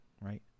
right